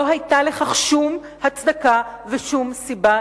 לא היתה לכך שום הצדקה ושום סיבה,